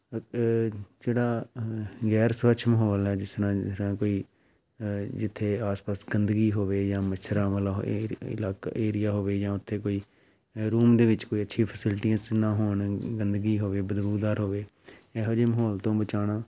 ਅ ਜਿਹੜਾ ਅ ਗੈਰ ਸਵੱਛ ਮਾਹੌਲ ਹੈ ਜਿਸ ਤਰ੍ਹਾਂ ਜਿਸ ਤਰ੍ਹਾਂ ਕੋਈ ਜਿੱਥੇ ਆਸ ਪਾਸ ਗੰਦਗੀ ਹੋਵੇ ਜਾਂ ਮੱਛਰਾਂ ਵਾਲਾ ਹੋਵੇ ਏਰ ਇਲਾਕਾ ਏਰੀਆ ਹੋਵੇ ਜਾਂ ਉੱਥੇ ਕੋਈ ਅ ਰੂਮ ਦੇ ਵਿੱਚ ਕੋਈ ਅੱਛੀ ਫੈਸਿਲਟੀਜ਼ ਨਾ ਹੋਣ ਗੰਦਗੀ ਹੋਵੇ ਬਦਬੂਦਾਰ ਹੋਵੇ ਇਹੋ ਜਿਹੇ ਮਾਹੌਲ ਤੋਂ ਬਚਾਉਣਾ